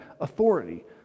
authority